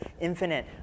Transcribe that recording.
infinite